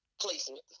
placement